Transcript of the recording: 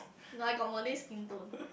no I got malay skin tone